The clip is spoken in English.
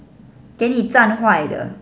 给你站坏的